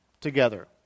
together